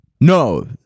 No